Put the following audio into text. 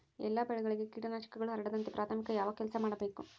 ಎಲ್ಲ ಬೆಳೆಗಳಿಗೆ ಕೇಟನಾಶಕಗಳು ಹರಡದಂತೆ ಪ್ರಾಥಮಿಕ ಯಾವ ಕೆಲಸ ಮಾಡಬೇಕು?